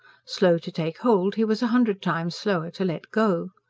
slow to take hold, he was a hundred times slower to let go.